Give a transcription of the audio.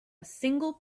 single